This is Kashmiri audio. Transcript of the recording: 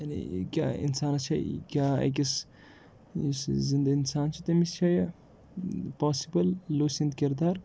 کیاہ اِنسانَس چھےٚ کیاہ أکِس یُس زِندٕ اِنسان چھُ تٔمِس چھا یہِ پاسِبٕل لوٗسی ہُنٛد کِردار